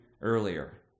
earlier